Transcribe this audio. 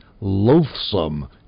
loathsome